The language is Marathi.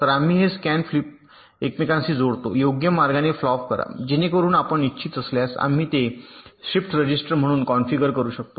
तर आम्ही हे स्कॅन फ्लिप एकमेकांशी जोडतो योग्य मार्गाने फ्लॉप करा जेणेकरून आपण इच्छित असल्यास आम्ही ते शिफ्ट रजिस्टर म्हणून कॉन्फिगर करू शकतो